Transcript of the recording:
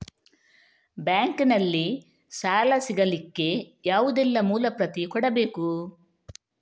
Bank ನಲ್ಲಿ ಸಾಲ ಸಿಗಲಿಕ್ಕೆ ಯಾವುದೆಲ್ಲ ಮೂಲ ಪ್ರತಿ ಕೊಡಬೇಕು?